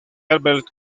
velvet